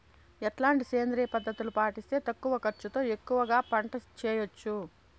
ఎట్లాంటి సేంద్రియ పద్ధతులు పాటిస్తే తక్కువ ఖర్చు తో ఎక్కువగా పంట చేయొచ్చు?